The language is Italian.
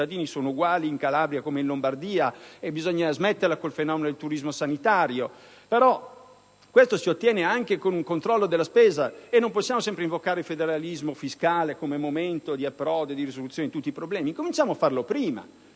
cittadini sono uguali in Calabria come in Lombardia e bisogna smetterla con il fenomeno del turismo sanitario. Questo si ottiene anche con un controllo della spesa, e non possiamo sempre invocare il federalismo fiscale come momento di approdo e di risoluzione di tutti i problemi: cominciamo a farlo prima.